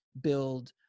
build